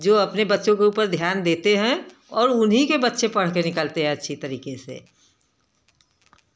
जो अपने बच्चों के ऊपर ध्यान देते हैं और उन्हीं के बच्चे पढ़ कर निकलते हैं अच्छी तरीके से